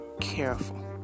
careful